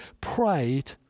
prayed